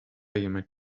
jemand